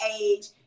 age